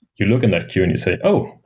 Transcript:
you look in that queue and you say, oh!